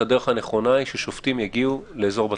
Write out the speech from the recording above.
שהדרך הנכונה היא ששופטים יגיעו לאזור בתי המעצר.